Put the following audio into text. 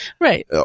Right